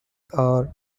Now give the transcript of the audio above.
are